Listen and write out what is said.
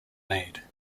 made